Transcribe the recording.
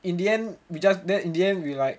in the end we just then in the end we like